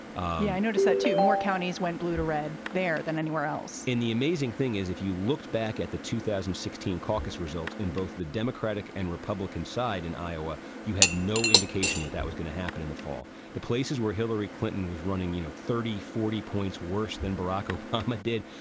i noticed that two more counties went blue to red there than anywhere else in the amazing thing is, if you looked back at the two thousand and sixteen caucus results in both the democratic and republican side in iowa, you had no indication that that was going to happen in the fall. the places where hillary clinton was running, you know, thirty, forty points worse than barack obama did.